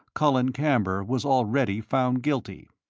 colin camber was already found guilty.